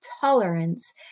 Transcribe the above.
tolerance